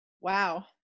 Wow